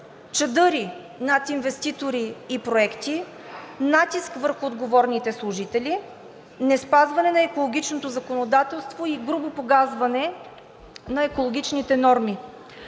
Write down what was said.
чадъри над инвеститори и проекти, натиск върху отговорните служители, неспазване на екологичното законодателство и грубо погазване на екологичните норми.